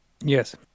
Yes